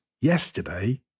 yesterday